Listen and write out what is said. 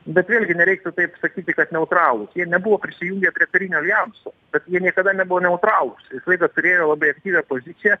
bet vėlgi nereiktų taip sakyti kad neutralūs jie nebuvo prisijungę prie karinio aljanso bet jie niekada nebuvo neutralūs visą laiką turėjo labai aktyvią poziciją